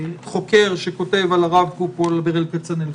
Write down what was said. לחוקר שכותב על הרב קוק או על ברל כצנלסון,